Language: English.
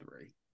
three